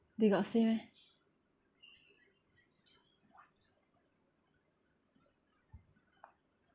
they got say meh